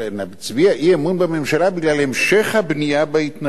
להצביע אי-אמון בממשלה בגלל המשך הבנייה בהתנחלויות.